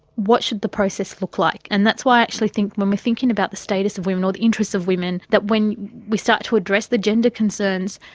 what should the process look like? and that's why i actually think when we're thinking about the status of women or the interests of women, that when we start to address the gender concerns,